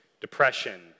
depression